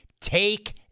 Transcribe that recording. Take